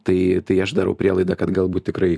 tai tai aš darau prielaidą kad galbūt tikrai